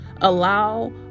allow